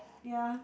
ya